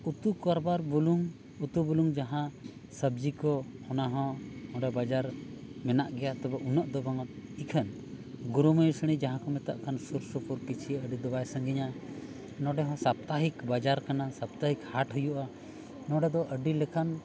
ᱩᱛᱩ ᱠᱟᱨᱵᱟᱨ ᱵᱩᱞᱩᱝ ᱩᱛᱩᱼᱵᱩᱞᱩᱝ ᱡᱟᱦᱟᱸ ᱥᱚᱵᱽᱡᱤ ᱠᱚ ᱚᱱᱟᱦᱚᱸ ᱚᱸᱰᱮ ᱵᱟᱡᱟᱨ ᱢᱮᱱᱟᱜ ᱜᱮᱭᱟ ᱛᱚᱵᱮ ᱩᱱᱟᱹᱜ ᱫᱚ ᱵᱟᱝᱼᱟ ᱮᱠᱷᱟᱱ ᱜᱩᱨᱩ ᱢᱚᱦᱤᱥᱟᱱᱤ ᱡᱟᱦᱟᱸ ᱠᱚ ᱢᱮᱛᱟᱫ ᱠᱟᱱ ᱥᱩᱨ ᱥᱩᱯᱩᱨ ᱠᱤᱪᱷᱤ ᱟᱹᱰᱤ ᱫᱚ ᱵᱟᱭ ᱥᱟᱺᱜᱤᱧᱟ ᱱᱚᱸᱰᱮ ᱦᱚᱸ ᱥᱚᱯᱛᱟᱦᱤᱠ ᱵᱟᱡᱟᱨ ᱠᱟᱱᱟ ᱥᱚᱯᱛᱟᱦᱤᱠ ᱦᱟᱴ ᱦᱩᱭᱩᱜᱼᱟ ᱱᱚᱸᱰᱮ ᱫᱚ ᱟᱹᱰᱤ ᱞᱮᱠᱟᱱ